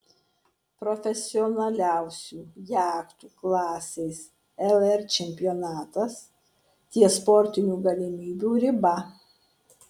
profesionaliausių jachtų klasės lr čempionatas ties sportinių galimybių riba